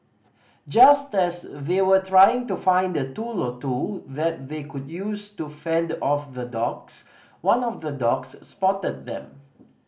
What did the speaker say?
just as they were trying to find a tool or two that they could use to fend off the dogs one of the dogs spotted them